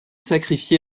sacrifié